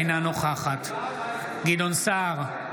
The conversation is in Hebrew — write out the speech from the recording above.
אינה נוכחת גדעון סער,